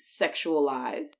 sexualized